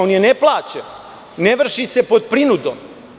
On je neplaćen i ne vrši se pod prinudom.